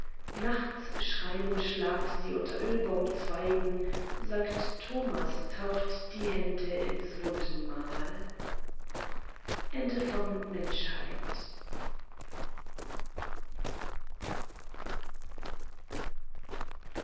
nachts schrein im schlaf sie unter ölbaumzweigen sankt thomas taucht die hand ins wundenmal der